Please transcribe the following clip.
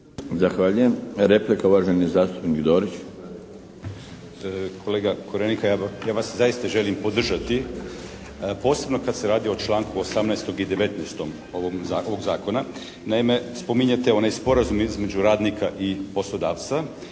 Zahvaljujem. Replika uvaženi zastupnik Dorić. **Dorić, Miljenko (HNS)** Kolega Korenika, ja vas zaista želim podržati posebno kad se radi o članku 18. i 19. ovog zakona. Naime, spominjete onaj sporazum između radnika i poslodavca